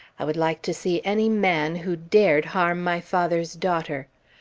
i would like to see any man who dared harm my father's daughter!